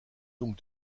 donc